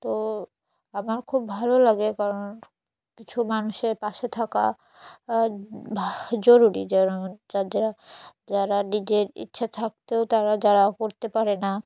তো আমার খুব ভালো লাগে কারণ কিছু মানুষের পাশে থাকা ভাহ জরুরি যেমন যাদের যারা নিজের ইচ্ছা থাকতেও তারা যারা করতে পারে না